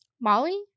Molly